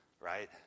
Right